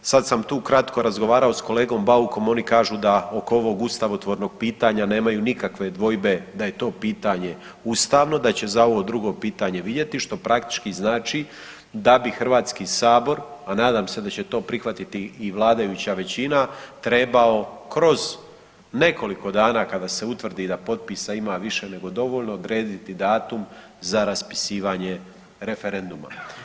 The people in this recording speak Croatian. Sad sam tu kratko razgovarao sa kolegom Baukom oni kažu da oko ovog ustavotvornog pitanja nemaju nikakve dvojbe da je to pitanje ustavno, da će za ovo drugo pitanje vidjeti što praktički znači da bi HS, a nadam se da će to prihvatiti i vladajuća većina, trebao kroz nekoliko dana kada se utvrdi da potpisa ima više nego dovoljno odrediti datum za raspisivanje referenduma.